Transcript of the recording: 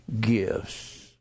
gifts